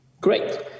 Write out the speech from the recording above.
Great